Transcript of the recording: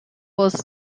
was